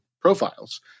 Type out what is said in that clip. profiles